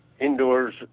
indoors